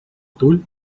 tul